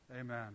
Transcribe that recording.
Amen